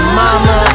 mama